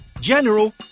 General